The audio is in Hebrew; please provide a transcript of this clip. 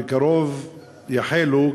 בקרוב יחלו,